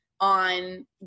on